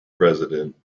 president